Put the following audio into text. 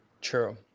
true